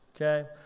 okay